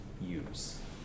use